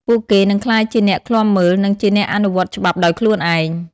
ពួកគេនឹងក្លាយជាអ្នកឃ្លាំមើល និងជាអ្នកអនុវត្តច្បាប់ដោយខ្លួនឯង។